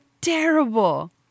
terrible